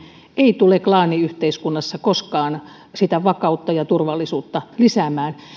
ei tule klaaniyhteiskunnassa koskaan vakautta ja turvallisuutta lisäämään